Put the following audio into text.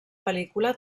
pel·lícula